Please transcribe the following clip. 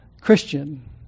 Christian